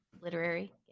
Literary